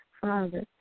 Father